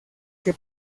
que